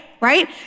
right